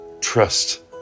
Trust